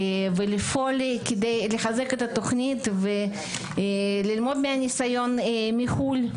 ועד כמה פועלים לחיזוק התוכנית וללמוד מהניסיון מחו"ל.